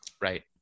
Right